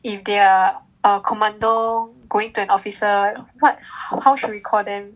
if they are a commando going to an officer what how should we call them